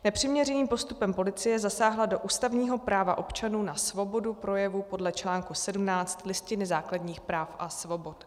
Nepřiměřeným postupem policie zasáhla do ústavního práva občanů na svobodu projevu podle článku 17 Listiny základních práv a svobod.